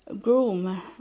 groom